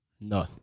No